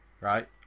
right